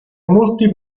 molti